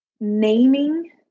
naming